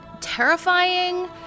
terrifying